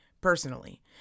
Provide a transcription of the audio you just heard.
personally